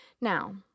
Now